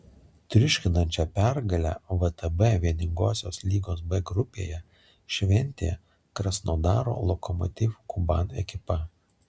triuškinančią pergalę vtb vieningosios lygos b grupėje šventė krasnodaro lokomotiv kuban ekipa